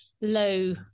low